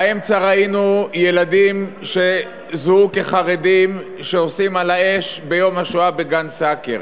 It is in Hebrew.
באמצע ראינו ילדים שזוהו כחרדים שעושים "על האש" ביום השואה בגן-סאקר.